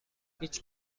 هیچ